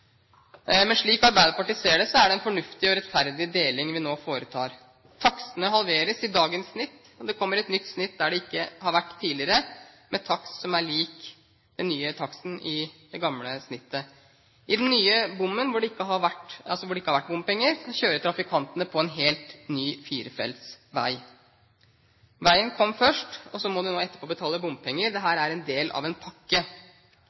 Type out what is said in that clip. Men slik Arbeiderpartiet ser det, er det en fornuftig og rettferdig deling vi nå foretar. Takstene halveres i dagens snitt, og det kommer et nytt snitt der det ikke har vært tidligere, med takst som er lik den nye taksten i det gamle snittet. Gjennom den nye bommen, altså hvor det ikke har vært bompenger, kjører trafikantene på en helt ny firefelts vei. Veien kom først, og så må en nå etterpå betale bompenger – dette er en del av en pakke.